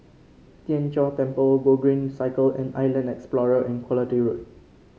Tien Chor Temple Gogreen Cycle and Island Explorer and Quality Road